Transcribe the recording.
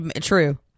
true